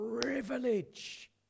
privilege